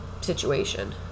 situation